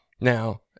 Now